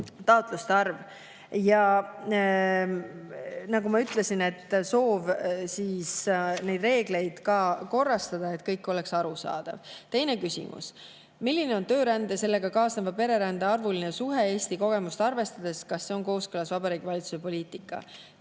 41%. Nagu ma ütlesin, on soov neid reegleid korrastada, et kõik oleks arusaadav. Teine küsimus: "Milline on töörände ja sellega kaasneva pererände arvuline suhe Eesti kogemust arvestades, kas see on kooskõlas Vabariigi Valitsuse poliitikaga?"